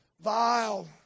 vile